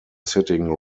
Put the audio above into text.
sitting